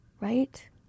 right